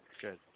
Good